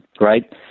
Right